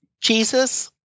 Jesus